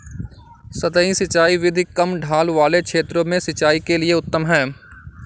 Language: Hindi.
सतही सिंचाई विधि कम ढाल वाले क्षेत्रों में सिंचाई के लिए उत्तम है